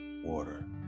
water